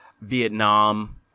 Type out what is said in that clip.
Vietnam